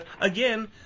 again